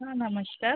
हा नमस्कार